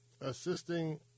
assisting